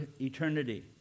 eternity